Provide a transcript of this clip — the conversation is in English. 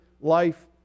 life